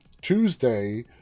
Tuesday